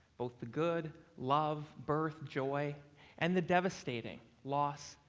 both the good love, birth, joy and the devastating loss,